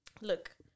look